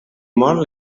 molt